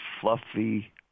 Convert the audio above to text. Fluffy